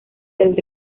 del